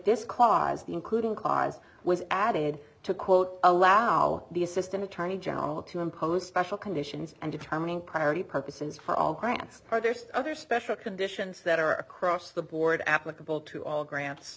this clause the including clause was added to quote allow the assistant attorney general to impose special conditions and determining priority purposes for all grants or there's other special conditions that are across the board applicable to all grants